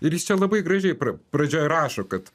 jis čia labai gražiai pra pradžioj rašo kad